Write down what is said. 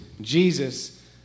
Jesus